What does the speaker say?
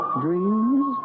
dreams